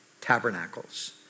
Tabernacles